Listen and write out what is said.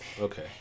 okay